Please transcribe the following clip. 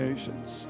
Nations